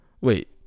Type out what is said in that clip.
Wait